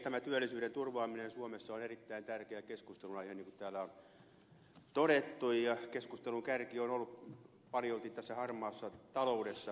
tämä työllisyyden turvaaminen suomessa on erittäin tärkeä keskustelunaihe niin kuin täällä on todettu ja keskustelun kärki on paljolti ollut tässä harmaassa taloudessa